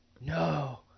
no